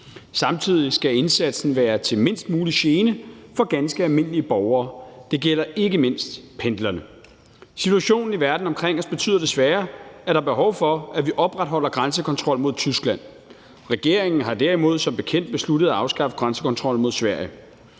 Samtidig skal indsatsen være til mindst mulig gene for ganske almindelige borgere. Det gælder ikke mindst pendlerne. Situationen i verden omkring os betyder desværre, at der er behov for, at vi opretholder grænsekontrollen mod Tyskland. Regeringen har derimod som bekendt besluttet at afskaffe grænsekontrollen mod Sverige.